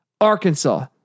Arkansas